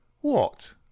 What